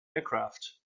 aircraft